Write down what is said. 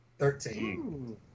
Thirteen